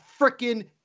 freaking